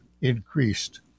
increased